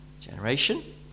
generation